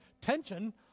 tension